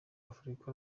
africa